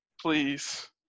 please